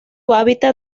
hábitat